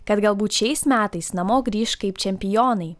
kad galbūt šiais metais namo grįš kaip čempionai